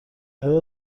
آیا